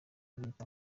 leta